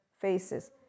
faces